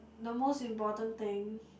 the most important thing